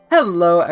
Hello